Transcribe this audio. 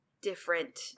different